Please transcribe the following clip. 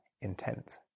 intent